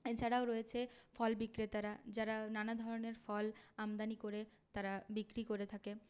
এছাড়াও রয়েছে ফল বিক্রেতারা যারা নানা ধরনের ফল আমদানি করে তারা বিক্রি করে থাকে